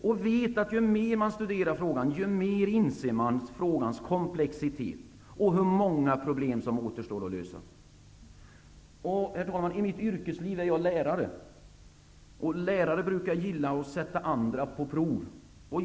Jag vet att ju mer man studerar frågan, desto mer inser man frågans komplexitet och hur många problem som återstår att lösa. Herr talman! I mitt yrkesliv är jag lärare. Lärare brukar gilla att sätta andra på prov.